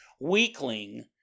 weakling